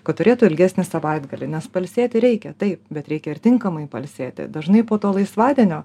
kad turėtų ilgesnį savaitgalį nes pailsėti reikia taip bet reikia ir tinkamai pailsėti dažnai po to laisvadienio